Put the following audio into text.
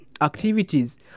activities